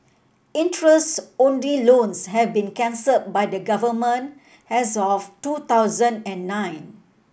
interest only loans have been cancelled by the Government as of two thousand and nine